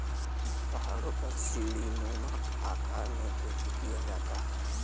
पहाड़ों पर सीढ़ीनुमा आकार में खेती किया जाता है